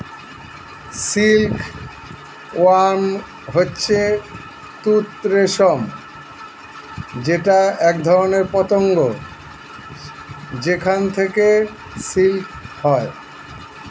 silk worm হচ্ছে তুত রেশম যেটা একধরনের পতঙ্গ যেখান থেকে সিল্ক হয়